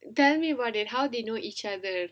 tell me about it how they know each other